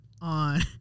on